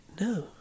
No